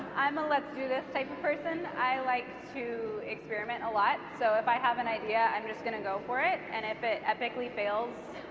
a let's-do-this type of person. i like to experiment a lot, so if i have an idea, i'm just going to go for it. and if it epically fails,